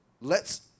lets